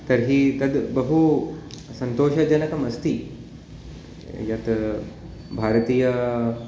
तर्हि तत् बहु सन्तोषजनकमस्ति यत् भारतीय